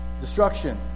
destruction